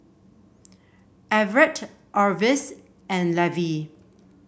Everet Orvis and Levy